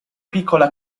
piccola